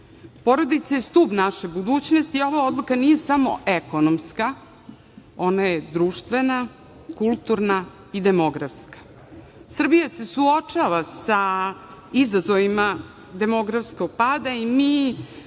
dinara. Porodica je stub naše budućnosti i ova odluka nije samo ekonomska, ona je društvena, kulturna i demografska. Srbija se suočava sa izazovima demografskog pada i mi